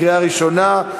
קריאה ראשונה.